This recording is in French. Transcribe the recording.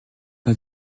pas